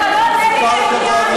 אבל תדבר לעניין.